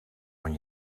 van